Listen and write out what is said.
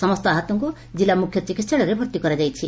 ସମସ୍ତ ଆହତଙ୍କୁ ଜିଲ୍ଲା ମୁଖ୍ୟ ଚିକିସାଳୟରେ ଭର୍ତ୍ତି କରାଯାଇଛି